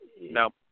no